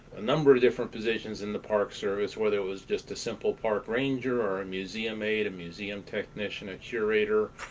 a number of different positions in the park service, whether it was just a simple park ranger or a museum aide, a museum technician, a curator,